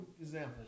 example